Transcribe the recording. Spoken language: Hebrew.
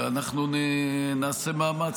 אנחנו נעשה מאמץ,